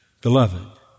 beloved